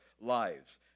lives